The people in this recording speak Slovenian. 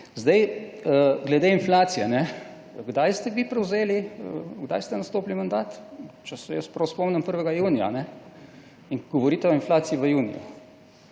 Zdaj, glede inflacije. Kdaj ste vi prevzeli, kdaj ste nastopili mandat? Če se jaz prav spomnim, 1. junija in govorite o inflaciji v juniju.